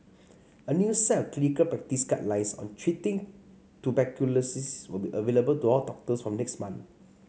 a new set of clinical practice guidelines on treating tuberculosis will be available to all doctors from next month